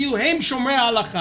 כאילו הם שומרי ההלכה,